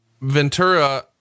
ventura